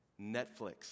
Netflix